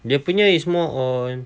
dia punya is more on